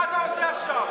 ומה אתה עושה עכשיו?